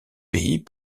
pays